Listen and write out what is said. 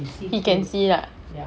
he can see ah